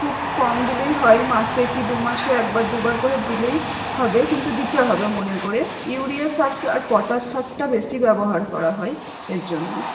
খুব কম দিলেই হয় মাসে কি দু মাসে একবার দুবার করে দিলেই হবে কিন্তু দিতে হবে মনে করে ইউরিয়া সার আর পটাশ সারটা বেশি ব্যবহার করা হয় এর জন্য